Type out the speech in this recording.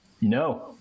No